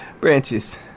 Branches